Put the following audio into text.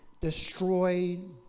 destroyed